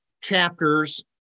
chapters